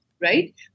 Right